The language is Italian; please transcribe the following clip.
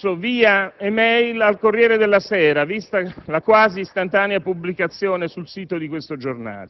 lo ha di certo trasmesso via *e-mail* al «Corriere della Sera», vista la sua quasi istantanea pubblicazione sul sito di questo giornale.